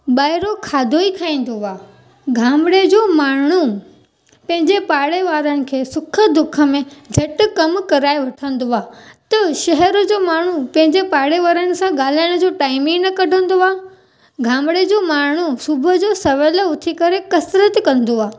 ॿाहिरों खाधो ई खाईंदो आहे गामिड़े जो माण्हू पंहिंजे पाड़े वारनि खे सुख दुख में झटि कमु कराए उथंदो आहे त शहर जो माण्हू पंहिंजे पाड़े वारनि सां ॻाल्हाइण जो टाईम ई न कढंदो आहे गामिड़े जो माण्हू सुबुह जो सवेल उथी करे कसरत कंदो आहे